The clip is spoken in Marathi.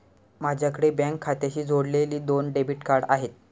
माझ्याकडे बँक खात्याशी जोडलेली दोन डेबिट कार्ड आहेत